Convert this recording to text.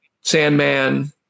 Sandman